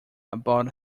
about